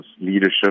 leadership